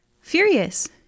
Furious